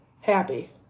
happy